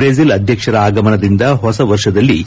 ಟ್ರೆಜೆಲ್ ಅಧ್ಯಕ್ಷರ ಆಗಮನದಿಂದ ಹೊಸ ವರ್ಷದಲ್ಲಿ